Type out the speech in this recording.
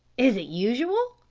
is it usual?